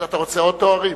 אתה רוצה עוד תארים?